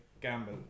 Gamble